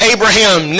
Abraham